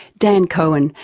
dan cohen,